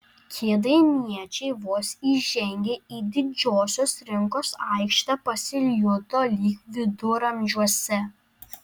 kėdainiečiai vos įžengę į didžiosios rinkos aikštę pasijuto lyg viduramžiuose